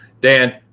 Dan